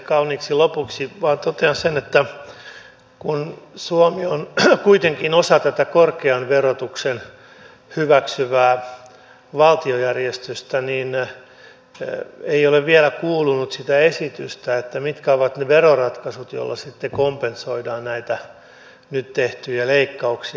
kauniiksi lopuksi vain totean sen että kun suomi on kuitenkin osa tätä korkean verotuksen hyväksyvää valtiojärjestystä niin ei ole vielä kuulunut sitä esitystä mitkä ovat ne veroratkaisut joilla sitten kompensoidaan näitä nyt tehtyjä leikkauksia